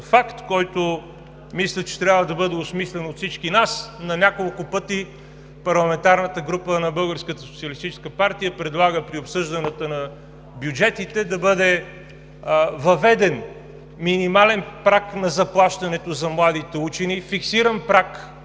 факт, който мисля, че трябва да бъде осмислен от всички нас. На няколко пъти парламентарната група на Българската социалистическа партия предлага при обсъжданията на бюджетите да бъде въведен минимален праг на заплащането за младите учени, фиксиран праг